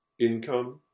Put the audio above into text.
income